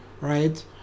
right